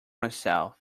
myself